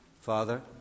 Father